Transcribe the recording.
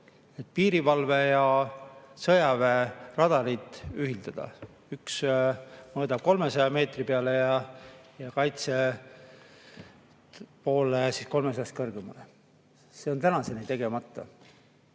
piirivalve ja sõjaväe radarid ühildada. Üks mõõdab 300 meetri peale ja kaitse pool 300-st kõrgemale. See on tänaseni tegemata.